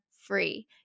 free